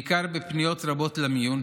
בעיקר פניות רבות למיון,